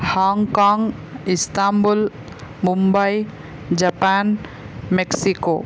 Hong Kong Istanbul Mumbai Japan Mexico